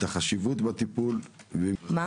את החשיבות בטיפול ובמיוחד